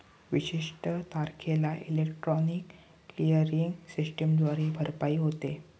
विशिष्ट तारखेला electronic clearing सिस्टमद्वारे भरपाई होते